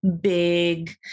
big